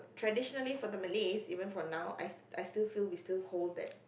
traditionally for the Malays even for now I I still feel we still hold that